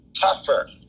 Tougher